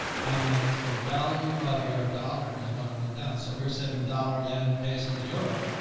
i mean means the value of your dollar is going to go down. so if you're saving dollar yen, pesos, euro,